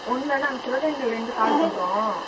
ஒன்னுமில்லை நாங்கள் சிவகங்கையிலேயிருந்து கால் பண்றோம்